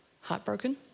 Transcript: Heartbroken